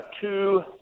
two